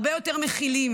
הרבה יותר מכילות,